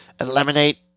eliminate